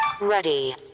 Ready